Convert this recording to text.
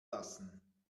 lassen